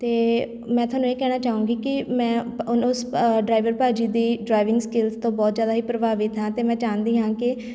ਅਤੇ ਮੈਂ ਤੁਹਾਨੂੰ ਇਹ ਕਹਿਣਾ ਚਾਹੂੰਗੀ ਕਿ ਮੈਂ ਉਨ ਉਸ ਡਰਾਈਵਰ ਭਾਅ ਜੀ ਦੀ ਡਰਾਈਵਿੰਗ ਸਕਿੱਲਸ ਤੋਂ ਬਹੁਤ ਜ਼ਿਆਦਾ ਹੀ ਪ੍ਰਭਾਵਿਤ ਹਾਂ ਅਤੇ ਮੈਂ ਚਾਹੁੰਦੀ ਹਾਂ ਕਿ